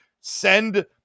send